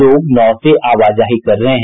लोग नाव से आवाजाही कर रहे हैं